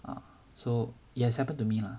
ah so it has happened to me lah